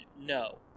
No